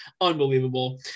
unbelievable